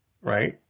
right